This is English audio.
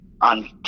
on